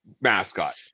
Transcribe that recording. mascot